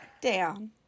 down